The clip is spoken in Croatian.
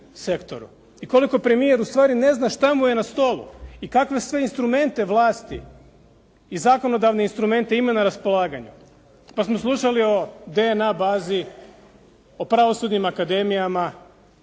i koliko premijer ustvari ne zna što mu je na stolu i kakve sve instrumente vlasti i zakonodavne instrumente imao na raspolaganju. Pa smo slušali o DNA bazi o pravosudnim akademijama,